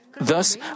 Thus